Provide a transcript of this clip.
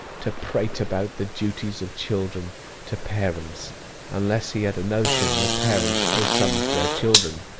to prate about the duties of children to parents unless he had a notion that parents owe some to their children?